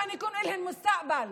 שיהיה להם עתיד.